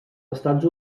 estats